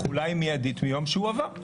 ככל שלא מופיע, התחולה היא מיידית מיום שהוא עבר.